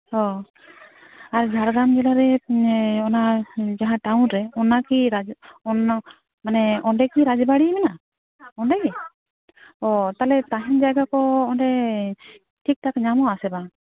ᱦᱚᱸ ᱟᱨ ᱡᱷᱟᱲᱜᱨᱟᱢ ᱡᱮᱞᱟ ᱨᱮ ᱚᱱᱟ ᱡᱟᱦᱟᱸ ᱴᱟᱣᱩᱱ ᱨᱮ ᱚᱱᱟ ᱠᱤ ᱢᱟᱱᱮ ᱚᱸᱰᱮ ᱠᱤ ᱨᱟᱡᱵᱟᱲᱤ ᱢᱮᱱᱟᱜᱼᱟ ᱚᱸᱰᱮ ᱜᱮ ᱚ ᱛᱟᱦᱞᱮ ᱛᱟᱦᱮᱱ ᱡᱟᱭᱜᱟ ᱠᱚ ᱚᱸᱰᱮ ᱴᱷᱤᱼᱴᱷᱟᱠ ᱧᱟᱢᱚᱜ ᱟᱥᱮ ᱵᱟᱝ